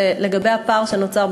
ולגבי הפער שנוצר,